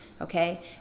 Okay